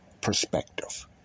perspective